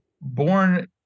born